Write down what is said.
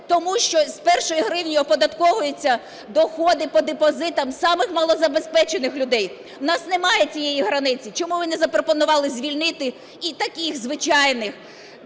тому, що з першої гривні оподатковуються доходи по депозитах самих малозабезпечених людей. У нас немає цієї границі. Чому ви не запропонували звільнити і таких звичайних